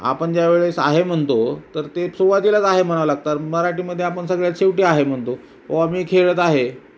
आपण ज्यावेळेस आहे म्हणतो तर ते सुरवातीलाच आहे म्हणावं लागतात मराठीमध्ये आपण सगळ्यात शेवटी आहे म्हणतो वा मी खेळत आहे